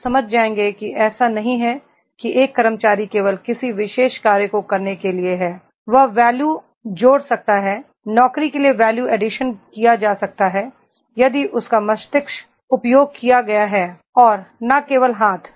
आप समझ जाएंगे कि ऐसा नहीं है कि एक कर्मचारी केवल किसी विशेष कार्य को करने के लिए है वह वैल्यू जोड़ सकता है नौकरी के लिए वैल्यू एडिशन किया जा सकता है यदि उसका मस्तिष्क उपयोग किया गया है और न केवल हाथ